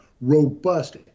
robust